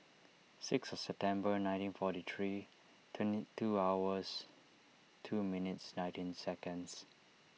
six of September nineteen forty three twenty two hours two minutes nineteen seconds